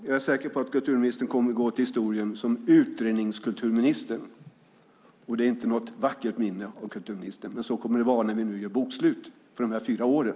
Jag är säker på att kulturministern kommer att gå till historien som utredningskulturministern, och det är inte något vackert minne av kulturministern, men så kommer det att vara när vi nu gör bokslut för de här fyra åren.